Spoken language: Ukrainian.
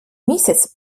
місяць